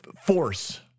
force